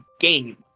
game